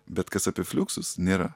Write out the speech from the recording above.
bet kas apie fliuksus nėra